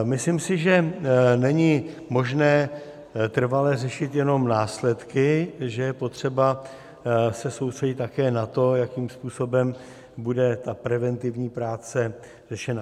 Myslím si, že není možné trvale řešit jenom následky, že je potřeba se soustředit také na to, jakým způsobem bude ta preventivní práce řešena.